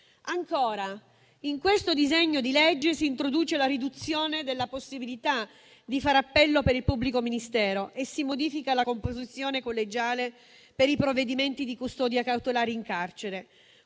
Ancora, in questo disegno di legge si introduce la riduzione della possibilità di fare appello per il pubblico ministero e si modifica la composizione collegiale per i provvedimenti di custodia cautelare in carcere: